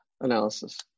analysis